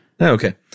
Okay